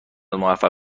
موفق